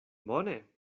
bone